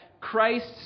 Christ